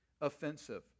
offensive